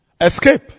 escape